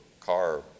car